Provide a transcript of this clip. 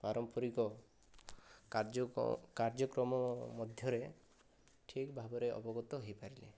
ପାରମ୍ପରିକ କାର୍ଯ୍ୟ କ କାର୍ଯ୍ୟକ୍ରମ ମଧ୍ୟରେ ଠିକ ଭାବରେ ଅବଗତ ହୋଇପାରିଲେ